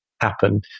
happen